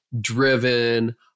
driven